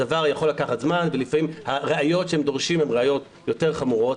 הדבר יכול לקחת זמן ולפעמים הראיות שהם דורשים הן ראיות יותר חמורות.